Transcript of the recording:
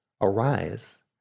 arise